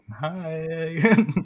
hi